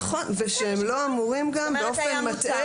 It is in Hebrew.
נכון ושהם לא אמורים גם באופן מטעה